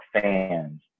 fans